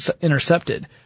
intercepted